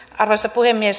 arvoisa puhemies